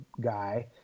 guy